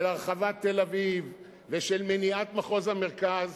של הרחבת מחוז תל-אביב ושל מניעת מחוז המרכז,